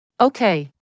Okay